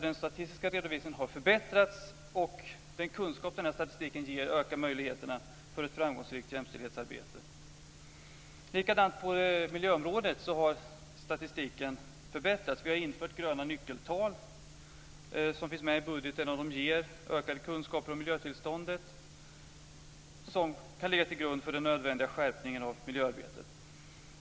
Den statistiska redovisningen har alltså förbättrats, och den kunskap som denna statistik ger ökar möjligheterna för ett framgångsrikt jämställdhetsarbete. Likadant har statistiken på miljöområdet förbättrats. Vi har infört gröna nyckeltal som finns med i budgeten. De ger ökade kunskaper om miljötillståndet, som kan ligga till grund för den nödvändiga skärpningen av miljöarbetet.